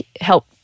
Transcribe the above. help